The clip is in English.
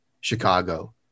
Chicago